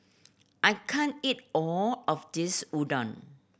I can't eat all of this Udon